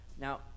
Now